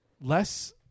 less